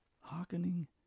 hearkening